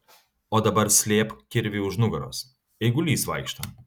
o dabar slėpk kirvį už nugaros eigulys vaikšto